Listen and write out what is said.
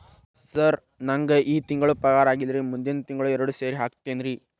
sir ನಂಗ ಈ ತಿಂಗಳು ಪಗಾರ ಆಗಿಲ್ಲಾರಿ ಮುಂದಿನ ತಿಂಗಳು ಎರಡು ಸೇರಿ ಹಾಕತೇನ್ರಿ